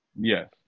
Yes